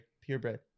purebred